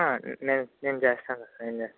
నేను నేను చేస్తాను సార్ నేను చేస్తాను